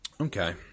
Okay